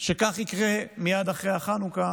שכך ייקרה מייד אחרי חנוכה.